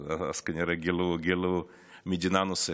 אז כנראה גילו מדינה נוספת.